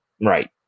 Right